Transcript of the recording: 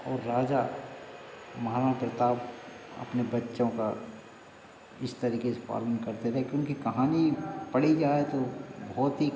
और राजा महाराणा प्रताप अपने बच्चों का इस तरीक़े से पालन करते रहे कि उनकी कहानी पढ़ी जाए तो बहुत ही